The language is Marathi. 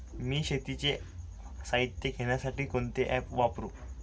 मी शेतीचे साहित्य घेण्यासाठी कोणते ॲप वापरु?